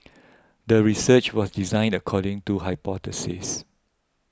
the research was designed according to hypothesis